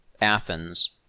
Athens